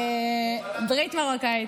ברית מרוקאית.